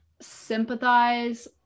sympathize